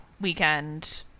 weekend